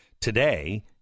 Today